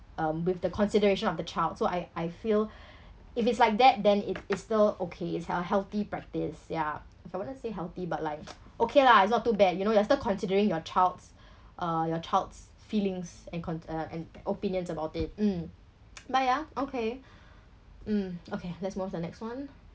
um with the consideration of the child so I I feel if it's like that then it it's still okay it's a healthy practice ya if I want to say healthy but like okay lah it's not too bad you know you're still considering your child's uh your child's feelings and con~ uh and opinions about it um but yeah okay mm okay let's move to the next one